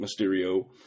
Mysterio